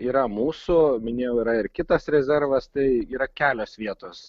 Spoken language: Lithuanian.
yra mūsų minėjau yra ir kitas rezervas tai yra kelios vietos